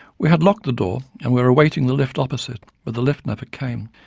we had locked the door and were awaiting the lift opposite, but the lift never came.